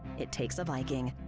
it takes a viking.